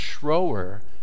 Schroer